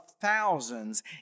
thousands